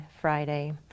Friday